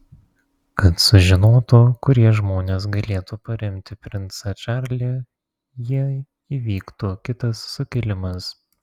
kad sužinotų kurie žmonės galėtų paremti princą čarlį jei įvyktų kitas sukilimas